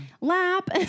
lap